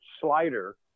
slider